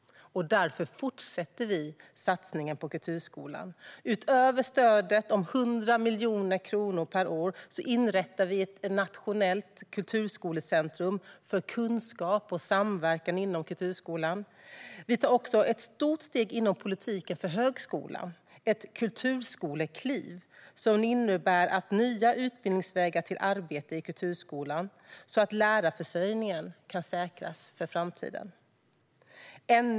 Därför fortsätter vi med satsningen på kulturskolan. Utöver stödet om 100 miljoner kronor per år inrättar vi ett nationellt kulturskolecentrum för kunskap och samverkan inom kulturskolan. Vi tar också ett stort steg inom politiken för högskolan - ett kulturskolekliv som innebär nya utbildningsvägar till arbete i kulturskolan så att lärarförsörjningen kan säkras för framtiden.